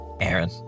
Aaron